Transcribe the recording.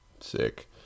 sick